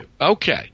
Okay